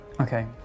Okay